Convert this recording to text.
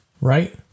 Right